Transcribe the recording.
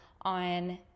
on